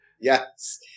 Yes